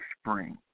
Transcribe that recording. spring